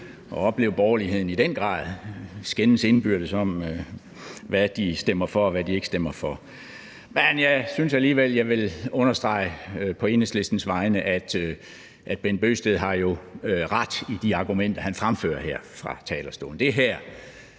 at opleve borgerligheden i den grad skændes indbyrdes om, hvad de stemmer for, og hvad de ikke stemmer for. Men jeg synes alligevel, at jeg på Enhedslistens vegne vil understrege, at hr. Bent Bøgsted jo har ret i de argumenter, han fremfører her fra talerstolen.